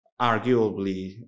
arguably